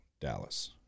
Dallas